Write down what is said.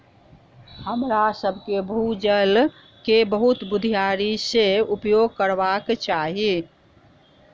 हमरासभ के भू जल के बहुत बुधियारी से उपयोग करबाक चाही